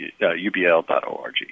ubl.org